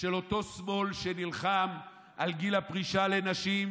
של אותו שמאל שנלחם על גיל הפרישה לנשים,